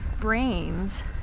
brains